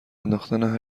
انداختن